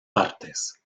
partes